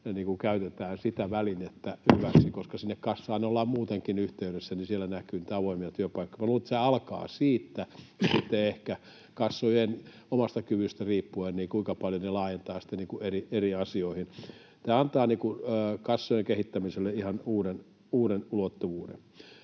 käytetään sitä välinettä hyväksi — kun sinne kassaan ollaan muutenkin yhteydessä, niin siellä näkyy niitä avoimia työpaikkoja. Minä luulen, että se alkaa siitä, ja sitten ehkä kassojen omasta kyvystä riippuu, kuinka paljon ne laajentavat sitten eri asioihin. Tämä antaa kassojen kehittämiselle ihan uuden ulottuvuuden.